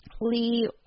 Lee